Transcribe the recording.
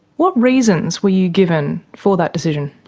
what reasons were you given for that decision?